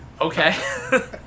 Okay